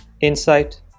insight